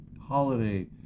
holiday